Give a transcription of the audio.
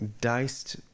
diced